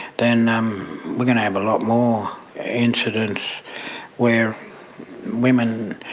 then um we're going to have a lot more incidents where women